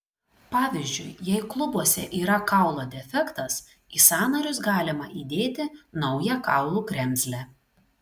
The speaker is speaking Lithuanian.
pavyzdžiui jei klubuose yra kaulo defektas į sąnarius galima įdėti naują kaulų kremzlę